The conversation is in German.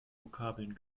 vokabeln